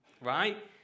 right